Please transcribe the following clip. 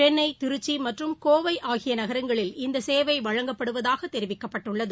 சென்னை திருச்சிமற்றும் கோவை ஆகியநகரங்களில் இந்தசேவைவழங்கப்படுவதாகதெரிவிக்கப்பட்டுள்ளது